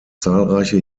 zahlreiche